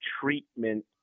treatment